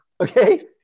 Okay